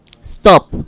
stop